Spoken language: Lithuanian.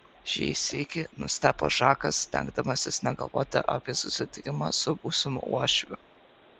šį sykį nustebo žakas stengdamasis negalvoti apie susitikimą su būsimu uošviu